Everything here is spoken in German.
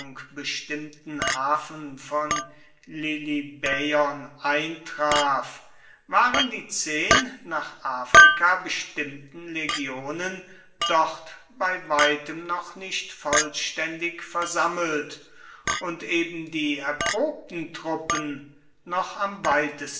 bestimmten hafen von lilybäon eintraf waren die zehn nach afrika bestimmten legionen dort bei weitem noch nicht vollständig versammelt und eben die erprobten truppen noch am weitesten